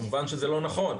כמובן שזה לא נכון.